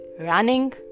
running